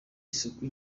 isuku